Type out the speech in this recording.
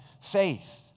faith